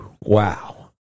Wow